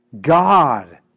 God